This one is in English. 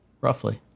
Roughly